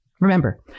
Remember